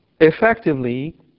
effectively